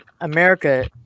America